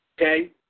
okay